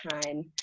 time